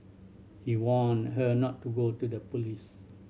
he warned her not to go to the police